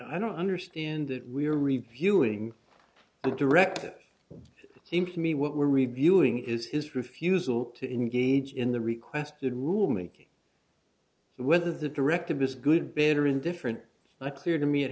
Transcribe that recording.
i don't understand that we are reviewing and directives seem to me what we're reviewing is his refusal to engage in the requested rulemaking whether the directive is good bad or indifferent not clear to me it